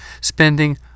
spending